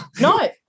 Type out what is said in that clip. No